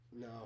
no